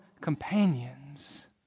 companions